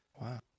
Wow